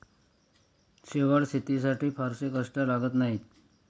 शेवाळं शेतीसाठी फारसे कष्ट लागत नाहीत